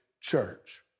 church